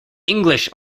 english